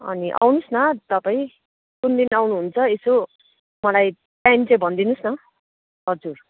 अनि आउनुहोस् न तपाईँ कुन दिन आउनु हुन्छ यसो मलाई टाइम चाहिँ भनिदिनुहोस् न हजुर